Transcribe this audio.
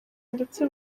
ndetse